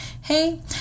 hey